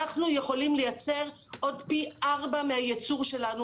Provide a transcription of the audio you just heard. אנחנו יכולים לייצר עוד פי ארבע מהייצור שלנו,